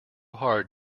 hard